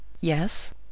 Yes